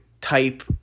type